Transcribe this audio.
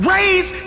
Raise